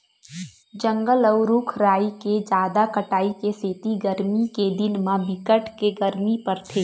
जंगल अउ रूख राई के जादा कटाई के सेती गरमी के दिन म बिकट के गरमी परथे